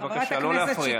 בבקשה, לא להפריע.